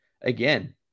again